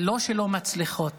לא שלא מצליחות,